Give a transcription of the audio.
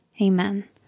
Amen